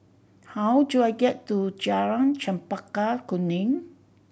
how do I get to Jalan Chempaka Kuning